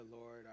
Lord